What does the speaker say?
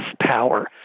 power